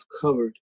covered